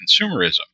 consumerism